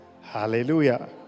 hallelujah